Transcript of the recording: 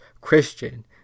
Christian